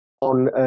On